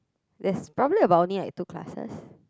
there's probably about only like two classes